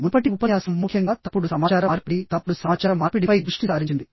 మునుపటి ఉపన్యాసం ముఖ్యంగా తప్పుడు సమాచార మార్పిడి తప్పుడు సమాచార మార్పిడి పై దృష్టి సారించింది